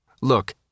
Look